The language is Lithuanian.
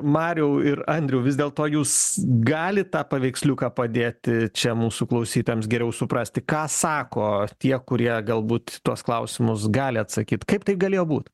mariau ir andriau vis dėlto jūs galit tą paveiksliuką padėti čia mūsų klausytojams geriau suprasti ką sako tie kurie galbūt tuos klausimus gali atsakyt kaip tai galėjo būt